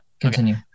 Continue